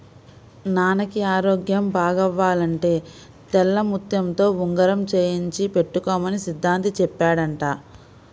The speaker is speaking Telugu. నాన్నకి ఆరోగ్యం బాగవ్వాలంటే తెల్లముత్యంతో ఉంగరం చేయించి పెట్టుకోమని సిద్ధాంతి చెప్పాడంట